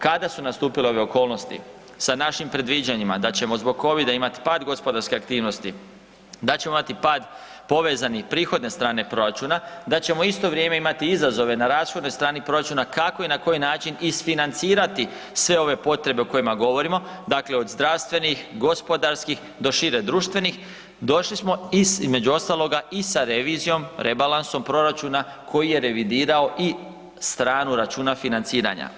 Kada su nastupile ove okolnosti sa našim predviđanjima da ćemo zbog covida imat pad gospodarske aktivnosti, da ćemo imati pad povezani s prihodne strane proračuna, da ćemo u isto vrijeme imati izazove na rashodnoj strani proračuna kako i na koji način isfinancirati sve ove potrebe o kojima govorimo, dakle od zdravstvenih, gospodarskih do šire društvenih, došli smo i s, između ostaloga i sa revizijom, rebalansom proračuna koji je revidirao i stranu računa financiranja.